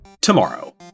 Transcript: tomorrow